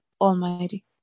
almighty